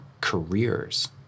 careers